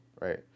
right